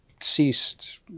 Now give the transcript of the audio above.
ceased